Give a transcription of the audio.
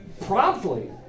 promptly